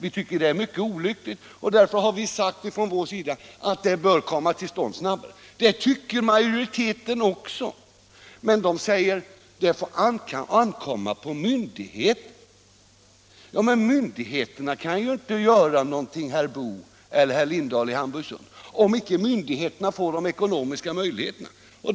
Vi tycker att det är mycket olyckligt, och därför har vi föreslagit att registret skall komma till stånd snabbare. Det anser utskottsmajoriteten också men säger att detta får ankomma på myndigheterna. Men, herr Boo och herr Lindahl i Hamburgsund, myndigheterna kan ju inte göra någonting om de inte får de ekonomiska möjligheterna.